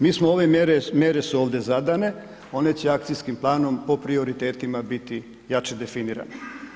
Mi smo ove mjere, mjere su ovdje zadane, one će akcijskim planom po prioritetima biti jače definirane.